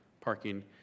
parking